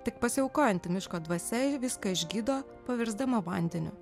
tik pasiaukojanti miško dvasia viską išgydo pavirsdama vandeniu